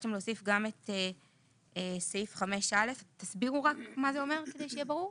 ביקשתם להוסיף גם את סעיף 5א. תסבירו רק מה זה אומר כדי שיהיה ברור.